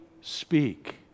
speak